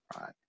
right